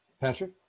Patrick